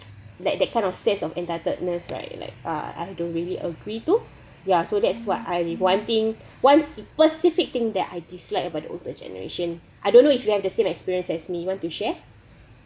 like that kind of sense of entitledness right like uh I don't really agree to yeah so that's what I been wanting one specific thing that I dislike about the older generation I don't know if you have the same experience as me you want to share